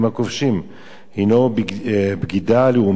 "הינה בגידה לאומית", וה"כובשים"